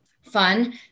fun